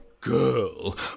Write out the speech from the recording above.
girl